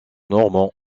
normands